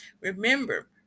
Remember